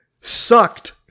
sucked